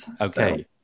Okay